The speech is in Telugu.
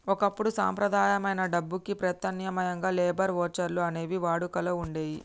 ఒకప్పుడు సంప్రదాయమైన డబ్బుకి ప్రత్యామ్నాయంగా లేబర్ వోచర్లు అనేవి వాడుకలో వుండేయ్యి